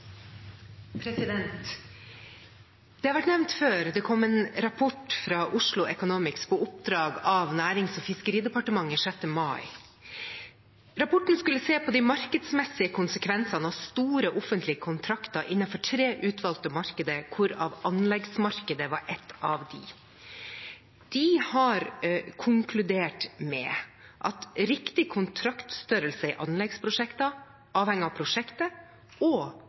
Det har vært nevnt før, det kom en rapport fra Oslo Economics på oppdrag fra Nærings- og fiskeridepartementet 6. mai. Rapporten skulle se på de markedsmessige konsekvensene av store offentlige kontrakter innenfor tre utvalgte markeder, hvor anleggsmarkedet var et av dem. De har konkludert med at riktig kontraktstørrelse i anleggsprosjekter avhenger av prosjektet og